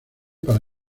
para